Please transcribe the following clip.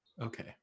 Okay